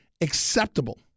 acceptable